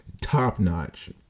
top-notch